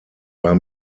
war